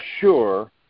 sure